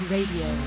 Radio